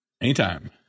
Anytime